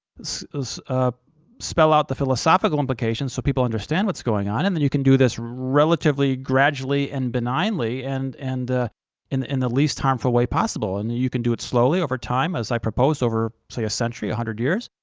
ah spell out the philosophical implications so people understand what's going on, and then you can do this relatively gradually and benignly and and ah in the in the least harmful way possible. and you you can do it slowly over time as i proposed, over, say a century, a hundred years,